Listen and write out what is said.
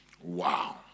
Wow